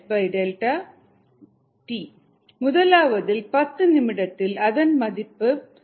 v St முதலாவதில் பத்து நிமிடத்தில் அதன் மதிப்பு 17